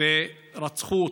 ורצחו אותו,